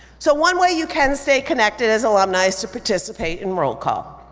so one way you can stay connected as alumni is to participate in roll call.